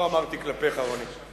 לא אמרתי כלפיך, רוני.